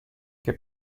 che